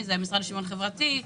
המשרד לשוויון חברתי,